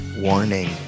Warning